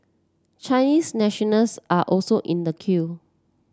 Chinese nationals are also in the queue